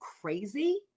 crazy